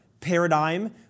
paradigm